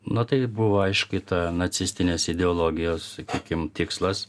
na tai buvo aiškiai ta nacistinės ideologijos sakykim tikslas